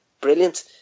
brilliant